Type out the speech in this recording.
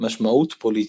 משמעות פוליטית